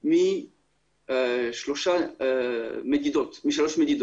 משלוש מדידות.